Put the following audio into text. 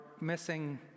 missing